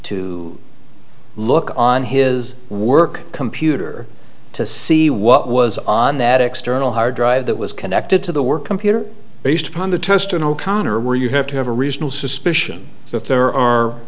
to look on his work computer to see what was on that external hard drive that was connected to the work computer based upon the test in o'connor where you have to have a reasonable suspicion so if there are